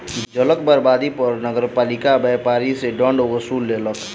जलक बर्बादी पर नगरपालिका व्यापारी सॅ दंड वसूल केलक